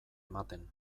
ematen